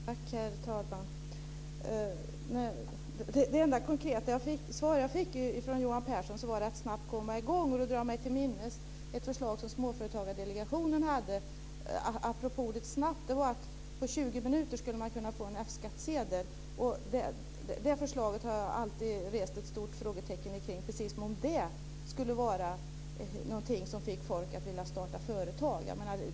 Herr talman! Det enda konkreta svar jag fick från Johan Pehrson gällde möjligheten för en företagare att snabbt komma i gång. Jag drar mig till minnes ett förslag från Småföretagsdelegationen, apropå ordet snabbt. Det var att man skulle kunna få en F skattsedel på 20 minuter. Jag har alltid rest ett stort frågetecken inför det förslaget, precis som om det skulle vara något som fick folk att vilja starta företag.